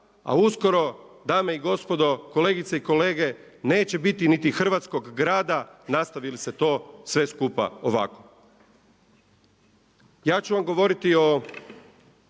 a uskoro dame i gospodo, kolegice i kolege neće biti niti hrvatskog grada nastavili se to sve skupa ovako. Ja ću vam govoriti o